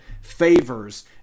favors